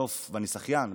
ואני שחיין.